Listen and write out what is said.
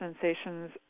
sensations